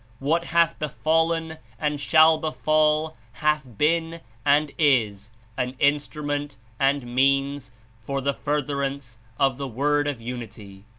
what hath befallen and shall befall hath been and is an instrument and means for the furtherance of the word of unity.